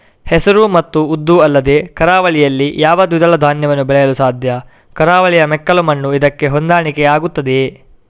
ಹೆಸರು ಮತ್ತು ಉದ್ದು ಅಲ್ಲದೆ ಕರಾವಳಿಯಲ್ಲಿ ಯಾವ ದ್ವಿದಳ ಧಾನ್ಯವನ್ನು ಬೆಳೆಯಲು ಸಾಧ್ಯ? ಕರಾವಳಿಯ ಮೆಕ್ಕಲು ಮಣ್ಣು ಇದಕ್ಕೆ ಹೊಂದಾಣಿಕೆ ಆಗುತ್ತದೆಯೇ?